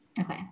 okay